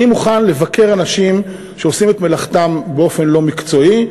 אני מוכן לבקר אנשים שעושים את מלאכתם באופן לא מקצועי,